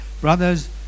Brothers